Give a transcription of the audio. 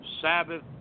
Sabbath